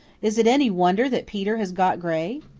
is it any wonder that peter has got gray?